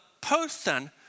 person